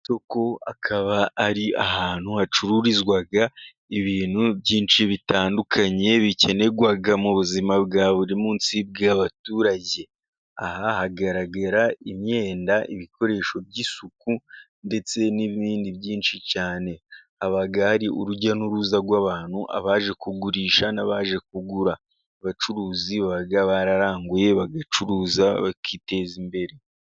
Isoko akaba ari ahantu hacururizwa ibintu byinshi bitandukanye bikenerwa mu buzima bwa buri munsi bw'abaturage. Aha hagaragara imyenda, ibikoresho by'isuku, ndetse n'ibindi byinshi cyane, haba hari urujya n'uruza rw'abantu, abaje kugurisha n'abaje kugura, abacuruzi baba bararanguye, bagacuruza, bakiteza imbere.